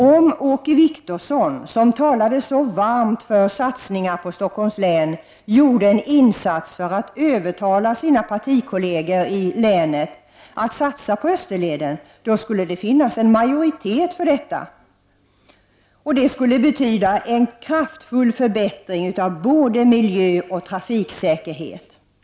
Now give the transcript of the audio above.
Om Åke Wictorsson, som talade så varmt för satsningar på Stockholms län, gjorde en insats för att övertala sina partikolleger i länet att satsa på Österleden skulle det finnas en majoritet för detta, och det skulle betyda en kraftfull förbättring av både miljön och trafiksäkerheten.